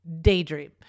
daydream